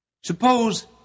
Suppose